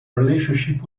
relationship